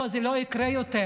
לא, זה לא יקרה יותר.